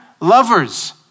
lovers